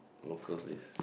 locals live